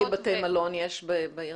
כמה חדרי בתי מלון יש בנצרת?